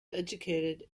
educated